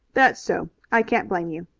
that's so. i can't blame you.